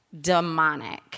demonic